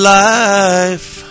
life